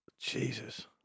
Jesus